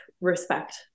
respect